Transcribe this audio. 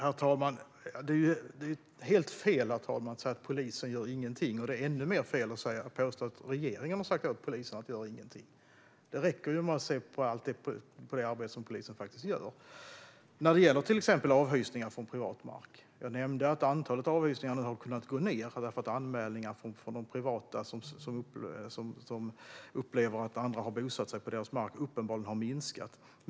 Herr talman! Det är helt fel att säga att polisen inte gör någonting. Och det är ännu mer fel att påstå att regeringen har sagt åt polisen att inte göra någonting. Det räcker med att titta på allt det arbete som polisen faktiskt gör, till exempel när det gäller avhysningar från privat mark. Jag nämnde att antalet anmälningar om avhysningar från privata markägare som upplever att andra har bosatt sig på deras mark uppenbarligen har minskat.